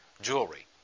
jewelry